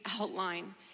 outline